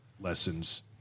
lessons